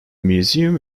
museum